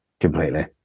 Completely